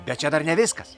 bet čia dar ne viskas